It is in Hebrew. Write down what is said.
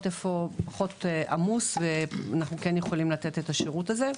איפה פחות עמוס ואנחנו כן יכולים לתת את השירות הזה,